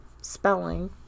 spelling